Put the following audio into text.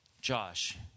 Josh